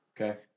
Okay